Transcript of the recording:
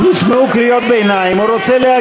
הוא לא יכול כמה שהוא רוצה.